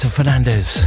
Fernandez